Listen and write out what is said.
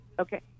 okay